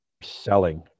selling